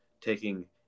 taking